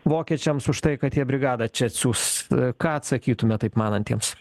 vokiečiams už tai kad jie brigadą čia atsiųs ką atsakytumėm taip manantiems